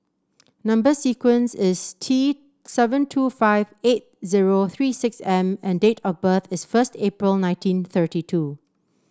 number sequence is T seven two five eight zero three six M and date of birth is first April nineteen thirty two